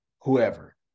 whoever